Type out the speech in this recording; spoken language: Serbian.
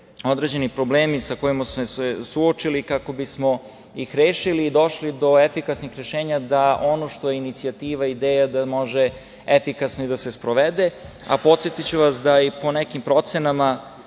određeni problemi sa kojima smo se suočili, kako bismo ih rešili i došli do efikasnih rešenja da ono što je inicijativa i ideja, da može efikasno i da se sprovede. Podsetiću vas da i po nekim procenama,